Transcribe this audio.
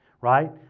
Right